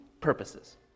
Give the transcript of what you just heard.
purposes